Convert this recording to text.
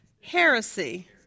heresy